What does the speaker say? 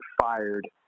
fired